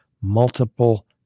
multiple